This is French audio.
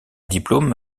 diplôme